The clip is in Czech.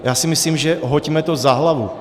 Já si myslím, že hoďme to za hlavu.